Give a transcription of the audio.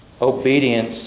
obedience